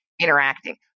interacting